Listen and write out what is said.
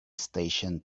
station